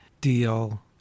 deal